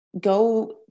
go